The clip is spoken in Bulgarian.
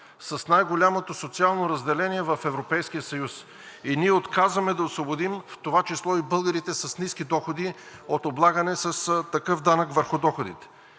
с най-голямото социално разделение в Европейския съюз и ние отказваме да освободим, в това число и българите с ниски доходи от облагане с такъв данък върху доходите.